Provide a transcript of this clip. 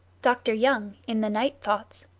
dr. young, in the night thoughts,